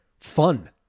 fun